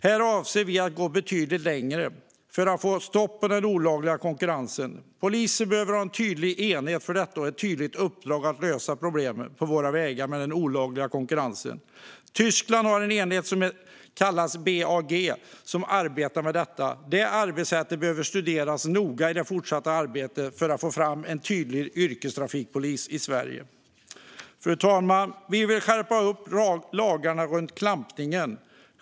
Här avser vi att gå betydligt längre för att få stopp på den olagliga konkurrensen. Polisen behöver ha en tydlig enhet för detta och ett tydligt uppdrag att lösa problemet med den olagliga konkurrensen på våra vägar. Tyskland har en enhet som kallas BAG som arbetar med detta. Det arbetssättet behöver studeras noga i det fortsatta arbetet för att få fram en tydlig yrkestrafikpolis i Sverige. Fru talman! Vi vill skärpa upp lagarna runt klampningen.